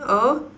oh